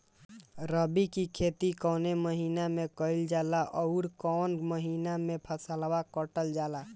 रबी की खेती कौने महिने में कइल जाला अउर कौन् महीना में फसलवा कटल जाला?